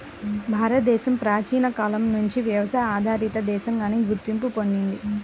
భారతదేశం ప్రాచీన కాలం నుంచి వ్యవసాయ ఆధారిత దేశంగానే గుర్తింపు పొందింది